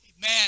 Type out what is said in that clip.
Man